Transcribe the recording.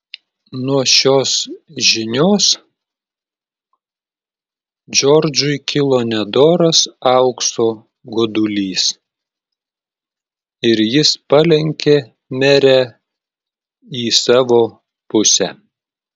nuo šios žinios džordžui kilo nedoras aukso godulys ir jis palenkė merę į savo pusę